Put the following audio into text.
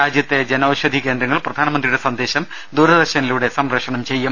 രാജ്യത്തെ ജൻ ഔഷധി കേന്ദ്രങ്ങൾ പ്രധാനമന്ത്രിയുടെ സന്ദേശം ദൂരദർശനിലൂടെ സംപ്രേ ഷണം ചെയ്യും